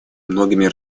многими